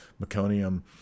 meconium